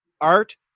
art